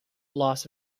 loss